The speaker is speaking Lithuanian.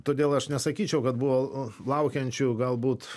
todėl aš nesakyčiau kad buvo laukiančių galbūt